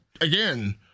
again